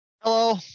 Hello